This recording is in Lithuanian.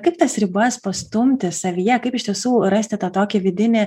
kaip tas ribas pastumti savyje kaip iš tiesų rasti tą tokį vidinį